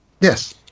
Yes